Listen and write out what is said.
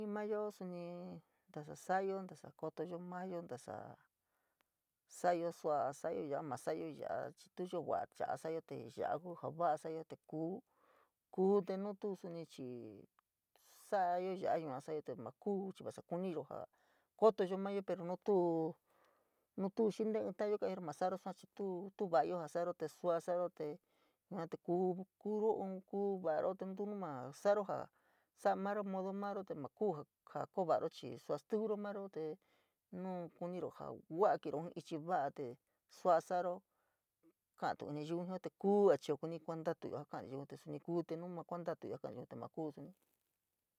Jii mayo suni ntasa sa’ayo, ntasa kootoyo mayo, ntasa sa’ayo sua sa’ayo, ya ma sa’ayo, ya’a chii tu iova’a ya’a sa’ayo te ya’a kuu ja va’a sa’ayo te kuu, kuu te nuu tuu suni chii, sa’ayo ya yua sa’ayo te ma kuu chii te vasa kuniyo ja kootoyo mayo pero nu tuu ku nu tu xii ntee íín ta’ayo pero masa’aru sua chii tuo, tu va ioo ja sa’aro te sua sa’arote yua te kuu kuuro ín kuu va’aro te nu tuu nu ma sa’aro jaa sa’a mayo modo mayo te ma kuu ja koo va’aro jaa sa’a sua stívíro mayo te nuu kuniro ja va’a kito ichi va’a te sua’a saro, ka’atu nayiun jio te kuu te nu ma kuantatuyo ja ka’a nayiun te ma kuu suni.